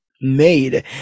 made